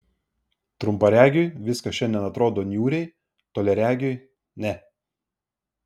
trumparegiui viskas šiandien atrodo niūriai toliaregiui ne